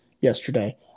yesterday